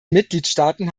mitgliedstaaten